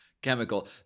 Chemical